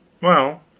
well,